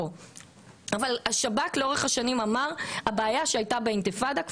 אבל לאורך השנים השב"כ אמר שהבעיה שהייתה באינתיפאדה,